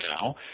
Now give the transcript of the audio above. now